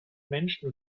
menschen